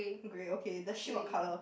grey okay the shit what colour